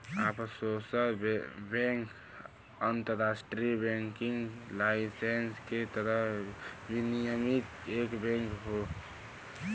offshore bank अंतरराष्ट्रीय banking licence के तहत विनियमित एक बैंक हौ